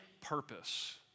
purpose